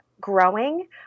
growing